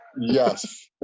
Yes